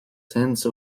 sense